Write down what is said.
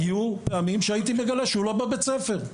היו פעמים שהייתי מגלה שהוא לא בבית הספר.